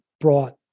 brought